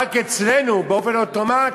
רק אצלנו, באופן אוטומטי,